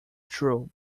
true